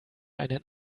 einen